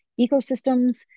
ecosystems